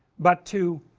but to,